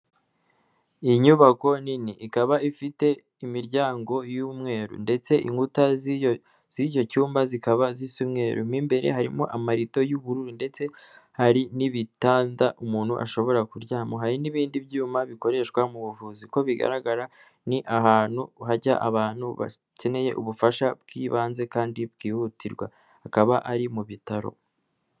Iyi nyubako nini ikaba ifite imiryango y'umweru ndetse inkuta z'icyo cyumba zikaba zimweru imbere harimo amarito y'ubururu ndetse hari n'ibitanda umuntu ashobora kuryama hari n'ibindi byuma bikoreshwa mu buvuzi ko bigaragara ni ahantu hajya abantu bakeneye ubufasha bw'ibanze kandi bwihutirwa akaba ari mu bitaro.